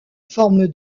forme